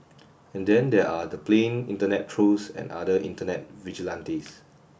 and then there are the plain internet trolls and other internet vigilantes